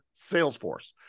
Salesforce